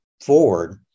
forward